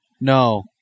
No